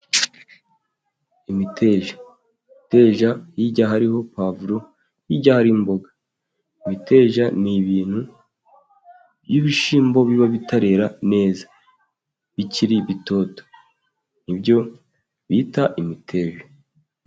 Imiteja, hirya hariho puwavuro, hirya hariho imboga, imiteja ni ibintu by'ibishyimbo biba bitarera neza bikiri bitoto, nibyo bita imiteja.